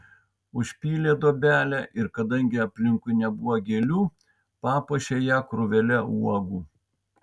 užpylė duobelę ir kadangi aplinkui nebuvo gėlių papuošė ją krūvele uogų